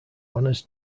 honors